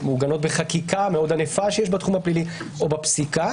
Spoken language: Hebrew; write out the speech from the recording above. מעוגנות בחקיקה מאוד רחבה שיש בתחום הפלילי או בפסיקה,